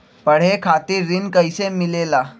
पढे खातीर ऋण कईसे मिले ला?